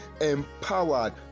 empowered